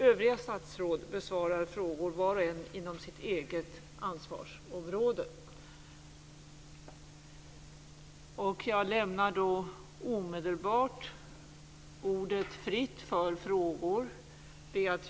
Övriga statsråd besvarar frågor var och en inom sitt eget ansvarsområde. Jag lämnar omedelbart ordet fritt för frågor.